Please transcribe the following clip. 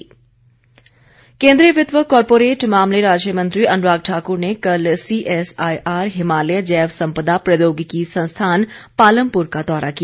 अनुराग ठाकर केन्द्रीय वित्त व व कॉरपोरेट मामले राज्य मंत्री अनुराग ठाकुर ने कल सीएसआईआर हिमालय जैवसंपदा प्रौद्योगिकी संस्थान पालमपुर का दौरा किया